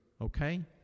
okay